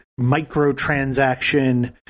microtransaction